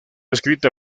escrita